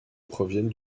proviennent